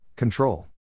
Control